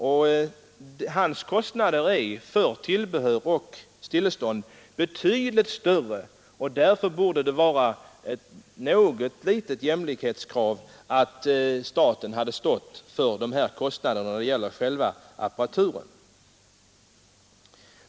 Ägarens kostnader för tillbehör och stillestånd är betydligt större, och därför är det ett jämlikhetskrav att staten står för kostnaderna för själva apparaturen.